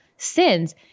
sins